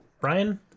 Brian